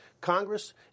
Congress